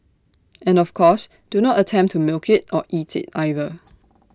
and of course do not attempt to milk IT or eat IT either